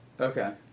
Okay